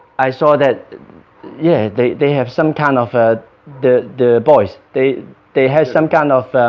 i saw that yeah, they they have some kind of ah the the boys, they they had some kind of